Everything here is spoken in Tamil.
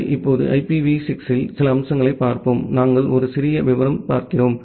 சரி இப்போது IPv6 இல் சில அம்சங்களைப் பார்ப்போம் நாங்கள் ஒரு சிறிய விவரம் பார்க்கிறோம்